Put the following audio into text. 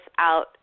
out